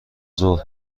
ظهر